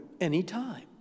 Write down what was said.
anytime